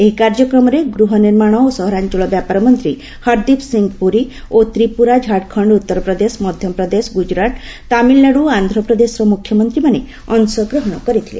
ଏହି କାର୍ଯ୍ୟକ୍ରମରେ ଗୃହ ନିର୍ମାଣ ଓ ସହରାଞ୍ଚଳ ବ୍ୟାପାର ମନ୍ତ୍ରୀ ହରଦୀପ୍ ସିଂହ ପୁରୀ ଓ ତ୍ରିପୁରା ଝାଡ଼ଖଣ୍ଡ ଉତ୍ତର ପ୍ରଦେଶ ମଧ୍ୟପ୍ରଦେଶ ଗୁଜ୍ଜୁରାତ୍ ତାମିଲ୍ନାଡୁ ଓ ଆନ୍ଧ୍ରପ୍ରଦେଶର ମୁଖ୍ୟମନ୍ତ୍ରୀମାନେ ଅଂଶଗ୍ରହଣ କରିଥିଲେ